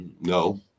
No